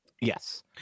yes